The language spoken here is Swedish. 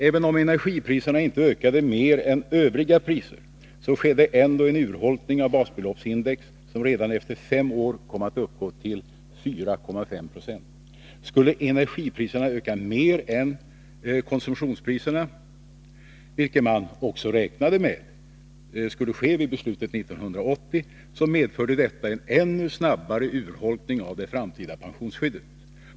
Även om energipriserna inte ökade mer än övriga priser, skedde ändå en urholkning av basbeloppsindex, som redan efter fem år kom att uppgå till 4,5 26. Skulle energipriserna öka mer än konsumtionspriserna, vilket man vid beslutet 1980 också räknade med skulle ske, medförde detta en ännu snabbare urholkning av det framtida pensionsskyddet.